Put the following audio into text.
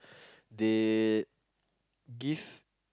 they give